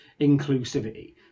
inclusivity